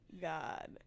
God